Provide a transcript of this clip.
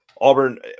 Auburn